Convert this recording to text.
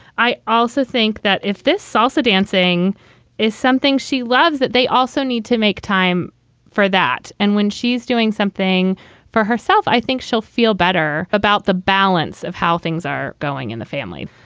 i also think that if this salsa dancing is something she loves, that they also need to make time for that. and when she's doing something for herself, i think she'll feel better about the balance of how things are going in the family.